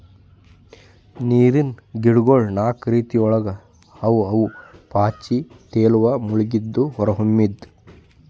ನೀರಿನ್ ಗಿಡಗೊಳ್ ನಾಕು ರೀತಿಗೊಳ್ದಾಗ್ ಅವಾ ಅವು ಪಾಚಿ, ತೇಲುವ, ಮುಳುಗಿದ್ದು, ಹೊರಹೊಮ್ಮಿದ್